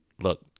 Look